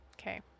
okay